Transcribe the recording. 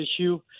issue